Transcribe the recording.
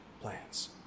plans